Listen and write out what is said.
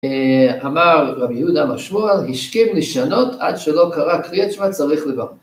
אמר רבי יהודה אמר שמואל, השכים לשנות עד שלא קרא קריאת שמע, צריך לברך.